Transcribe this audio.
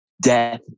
death